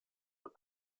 und